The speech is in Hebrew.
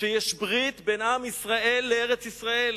שיש ברית בין עם ישראל לארץ-ישראל.